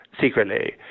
secretly